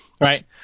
right